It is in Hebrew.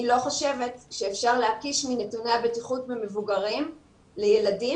אני לא חושבת שאפשר להקיש מנתוני הבטיחות במבוגרים לילדים,